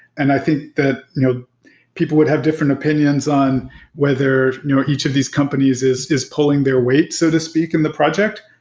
and i think that you know people would have different opinions on whether each of these companies is is pulling their weight so to speak in the project.